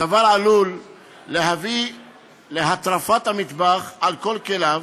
הדבר עלול להביא להטרפת המטבח על כל כליו,